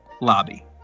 lobby